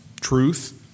truth